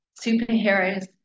superheroes